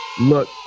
Look